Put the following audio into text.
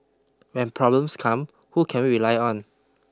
when problems come who can we rely on